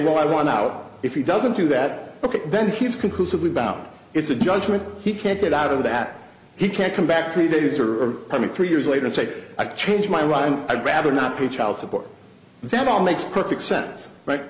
well i want out if he doesn't do that then he's conclusively about it's a judgment he can't get out of that he can't come back three days or i mean three years later and say i change my right i'd rather not pay child support that all makes perfect sense right